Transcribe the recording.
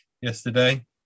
yesterday